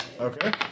Okay